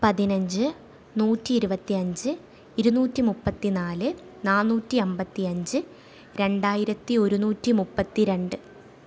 പതിനഞ്ച് നൂറ്റി ഇരുപത്തി അഞ്ച് ഇരുന്നൂറ്റി മുപ്പതിനാല് നാന്നൂറ്റി അൻപത്തി അഞ്ച് രണ്ടായിരത്തി ഒരുന്നൂറ്റി മുപ്പത്തി രണ്ട്